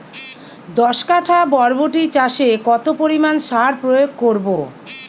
দশ কাঠা বরবটি চাষে কত পরিমাণ সার প্রয়োগ করব?